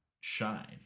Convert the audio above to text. shine